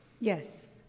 Yes